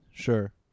Sure